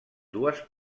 dues